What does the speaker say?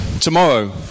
Tomorrow